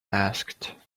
asked